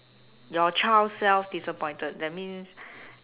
your child self disappointed that means